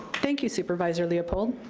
thank you, supervisor leopold.